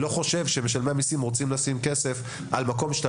אני לא חושב שמשלמי המיסים רוצים לשים כסף על מקום שאתה